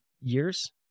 years